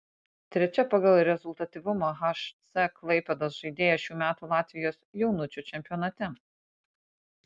trečia pagal rezultatyvumą hc klaipėdos žaidėja šių metų latvijos jaunučių čempionate